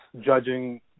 judging